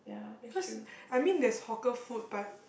because I mean there's hawker food but